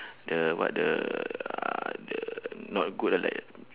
the what the uh the not good like